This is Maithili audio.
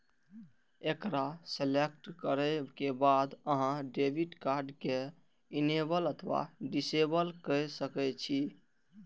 एकरा सेलेक्ट करै के बाद अहां डेबिट कार्ड कें इनेबल अथवा डिसेबल कए सकै छी